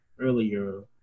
earlier